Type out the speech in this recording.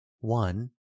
One